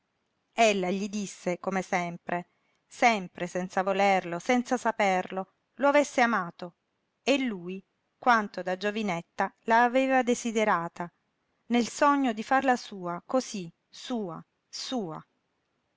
martirio ella gli disse come sempre sempre senza volerlo senza saperlo lo avesse amato e lui quanto da giovinetta la aveva desiderata nel sogno di farla sua cosí sua sua